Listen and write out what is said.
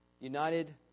united